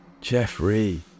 Jeffrey